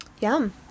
Yum